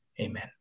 Amen